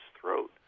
throat